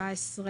17